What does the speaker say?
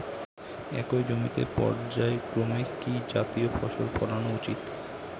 একই জমিতে পর্যায়ক্রমে কি কি জাতীয় ফসল ফলানো উচিৎ?